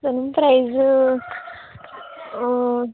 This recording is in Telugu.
దాని ప్రైసు